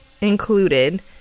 included